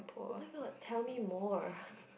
oh-my-god tell me more